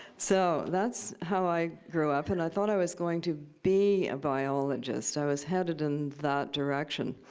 so that's how i grew up. and i thought i was going to be a biologist. i was headed in that direction.